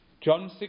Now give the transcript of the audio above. John